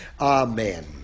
Amen